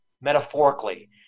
metaphorically